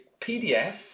PDF